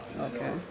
Okay